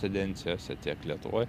tendencijose tiek lietuvoj